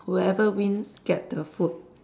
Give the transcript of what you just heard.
whoever wins get the food